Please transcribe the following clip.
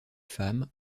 femmes